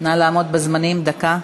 נא לעמוד בזמנים, דקה.